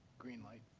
green light.